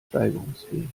steigerungsfähig